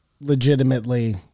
legitimately